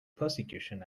persecution